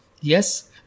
Yes